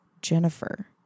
Jennifer